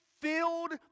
filled